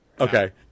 Okay